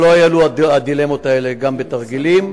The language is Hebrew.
שלא יעלו הדילמות האלה גם בתרגילים,